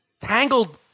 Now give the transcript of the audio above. tangled